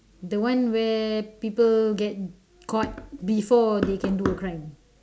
the one where people get caught before they can do a crime